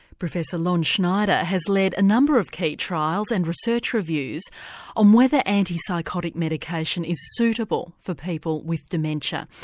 professor lon schneider has led a number of key trials and research reviews on whether antipsychotic medication is suitable for people with dementia.